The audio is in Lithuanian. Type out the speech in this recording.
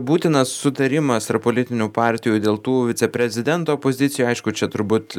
būtinas sutarimas tarp politinių partijų dėl tų viceprezidento pozicijų aišku čia turbūt